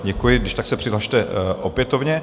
Děkuji, když tak se přihlaste opětovně.